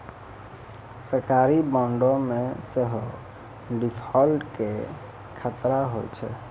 सरकारी बांडो मे सेहो डिफ़ॉल्ट के खतरा होय छै